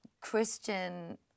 Christian